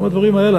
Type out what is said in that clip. גם הדברים האלה,